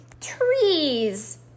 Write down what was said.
trees